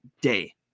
day